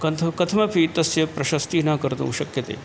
कन्थ् कथमपि तस्य प्रशस्तिः न कर्तुं शक्यते